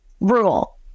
rule